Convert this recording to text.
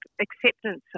acceptance